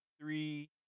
three